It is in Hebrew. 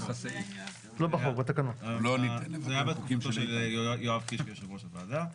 בתקופתו של יואב קיש כיושב ראש הוועדה.